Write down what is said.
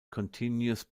continuous